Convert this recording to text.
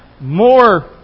more